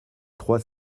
trois